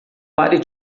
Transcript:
pare